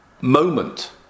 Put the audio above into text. moment